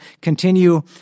continue